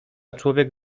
człowiek